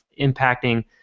impacting